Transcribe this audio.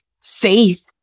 faith